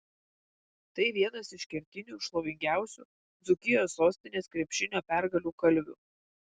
tai vienas iš kertinių šlovingiausių dzūkijos sostinės krepšinio pergalių kalvių